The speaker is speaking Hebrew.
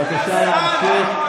בבקשה, להמשיך.